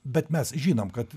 bet mes žinom kad